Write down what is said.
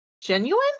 genuine